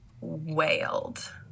wailed